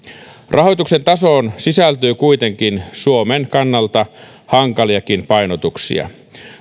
rahoituksen tasoon sisältyy kuitenkin suomen kannalta hankaliakin painotuksia